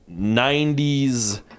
90s